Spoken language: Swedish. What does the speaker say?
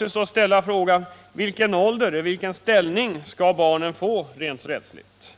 Jag undrar då: Vilken åldersgräns skall gälla, och vilken ställning skall barnen få rent rättsligt?